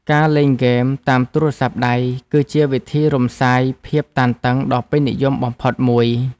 ការលេងហ្គេមតាមទូរស័ព្ទដៃ គឺជាវិធីរំសាយភាពតានតឹងដ៏ពេញនិយមបំផុតមួយ។